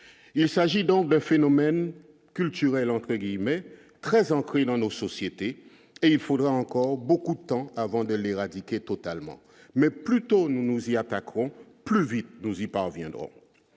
il s'agit donc de phénomène culturel, entre guillemets, très ancrée dans nos sociétés et il faudra encore beaucoup de temps avant de l'éradiquer totalement, mais plutôt nous nous y attaquons, plus vite nous y parviendrons